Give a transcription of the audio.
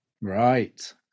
Right